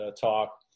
talk